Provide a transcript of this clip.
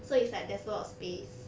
so it's like there's a lot of space